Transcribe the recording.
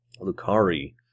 Lucari